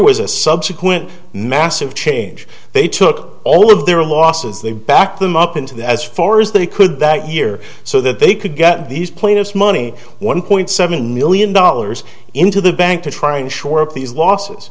was a subsequent massive change they took all of their losses they backed them up into the as far as they could that year so that they could get these plaintiffs money one point seven million dollars into the bank to try to shore up these losses